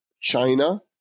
China